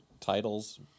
titles